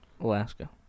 Alaska